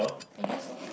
I guess so